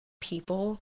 people